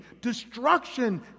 Destruction